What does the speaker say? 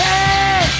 Hey